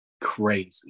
crazy